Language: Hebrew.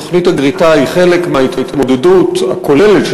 תוכנית הגריטה היא חלק מההתמודדות הכוללת של